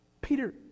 Peter